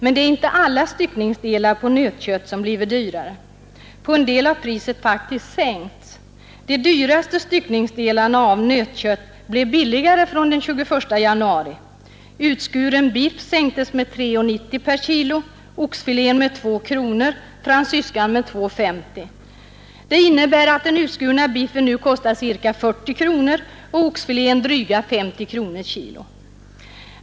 Men det är inte alla styckningsdelar av nötkött som blivit dyrare. På en del har priset faktiskt sänkts. De dyraste styckningsdelarna av nötkött blev billigare från den 21 januari. Utskuren biff sänktes med kr. 3:90 per kilo, oxfilén med 2 kronor och fransyskan med kr. 2:50. Detta innebär att den utskurna biffen nu kostar ca 40 kronor och oxfilén dryga 50 kronor per kilo.